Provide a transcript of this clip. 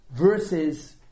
versus